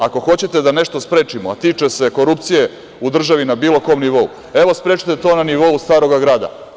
Ako hoćete da nešto sprečimo, a tiče se korupcije u državi, na bilo kom nivou, evo sprečite to na nivou Starog grada.